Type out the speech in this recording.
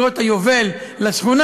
מהערים נתיבות ואופקים.